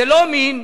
זה לא מין.